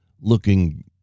looking